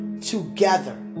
together